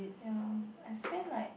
ya I spend like